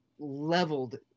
leveled